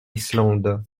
islande